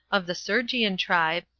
of the sergian tribe,